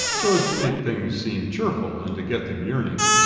so as to make things seem cheerful and to get them yearning.